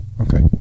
Okay